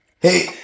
Hey